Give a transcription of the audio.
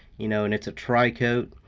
you know and it's a tricoat,